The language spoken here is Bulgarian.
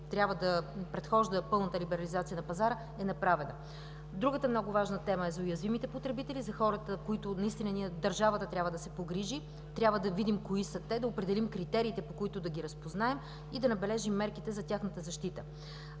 трябва да предхожда пълната либерализация на пазара, е направена. Другата много важна тема е за уязвимите потребители, за хората, за които наистина държавата трябва да се погрижи. Трябва да видим кои са те, да определим критериите, по които да ги разпознаем и да набележим мерките за тяхната защита.